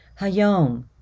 Hayom